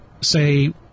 say